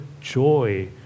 joy